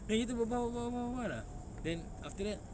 then kita berbual berbual berbual berbual lah then after that